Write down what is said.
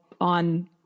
on